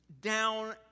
down